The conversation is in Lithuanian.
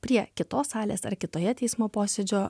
prie kitos salės ar kitoje teismo posėdžio